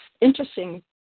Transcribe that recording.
interesting